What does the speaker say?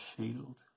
shield